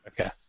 Okay